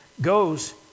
goes